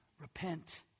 repent